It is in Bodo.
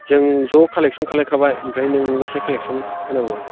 जों ज' कालेक्टसन खालाय खाबाय ओमफ्राय नोंल'सै कालेक्टसन होनांगौआ